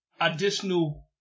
additional